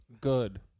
good